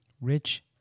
rich